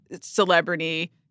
celebrity